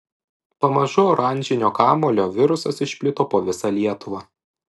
pamažu oranžinio kamuolio virusas išplito po visą lietuvą